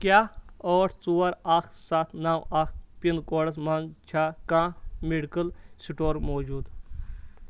کیٛاہ ٲٹھ ژور اکھ سَتھ نو اکھ پِن کوڈس مَنٛز چھا کانٛہہ میڈیکل سٹور موٗجوٗد؟